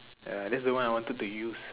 ya that's the one I wanted to use